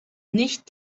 nicht